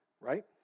right